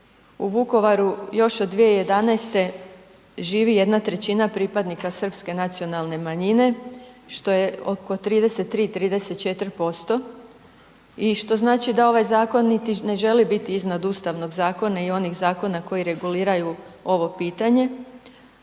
u Vukovaru još od 2011. živi 1/3 pripadnika srpske nacionalne manjine što je oko 33, 34% i što znači da ovaj zakon niti ne želi biti iznad Ustavnog zakona i onih zakona koji reguliraju ovo pitanje